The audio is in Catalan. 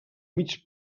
mig